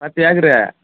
பத்து ஏக்கரு